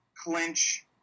clinch